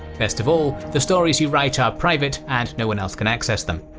best of all, the stories you write are private and no one else can access them.